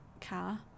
car